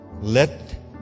let